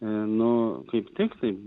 nu kaip tiktai